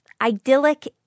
idyllic